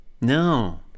No